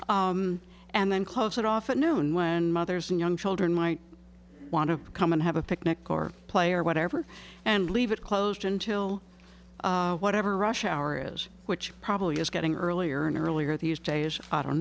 maybe and then close it off at noon when mothers and young children might want to come and have a picnic or play or whatever and leave it closed until whatever rush hour is which probably is getting earlier and earlier these days i don't